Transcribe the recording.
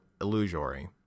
illusory